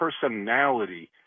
personality